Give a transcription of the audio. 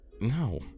No